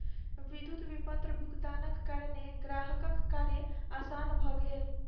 विद्युत विपत्र भुगतानक कारणेँ ग्राहकक कार्य आसान भ गेल